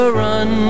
run